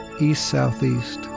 east-southeast